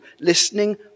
listening